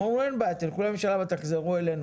אז אמרנו אין בעיה תלכו לממשלה אבל תחזרו אלינו